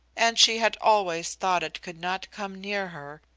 and she had always thought it could not come near her,